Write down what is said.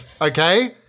okay